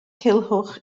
culhwch